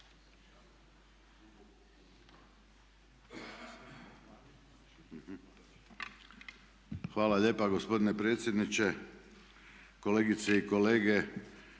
Hvala lijepa gospodine predsjedniče. Kolegice i kolege